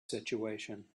situation